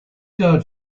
guard